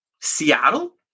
Seattle